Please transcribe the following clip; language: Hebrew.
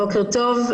בוקר טוב,